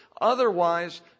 Otherwise